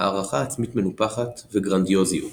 הערכה עצמית מנופחת וגרנדיוזיות